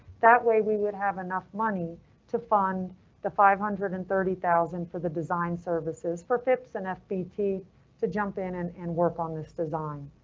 that way we would have enough money to fund the five hundred and thirty thousand for the design services for phipson ah fbt to to jump in and and work on this design.